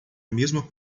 mesma